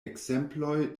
ekzemploj